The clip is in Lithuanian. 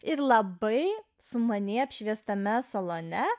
ir labai sumaniai apšviestame salone